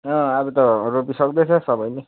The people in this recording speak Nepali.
अँ अब त रोपी सक्दैछ सबै नै